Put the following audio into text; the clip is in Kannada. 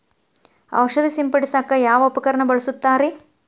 ಔಷಧಿ ಸಿಂಪಡಿಸಕ ಯಾವ ಉಪಕರಣ ಬಳಸುತ್ತಾರಿ?